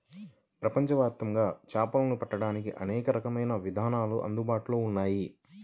ప్రపంచవ్యాప్తంగా చేపలను పట్టడానికి అనేక రకాలైన విధానాలు అందుబాటులో ఉన్నాయి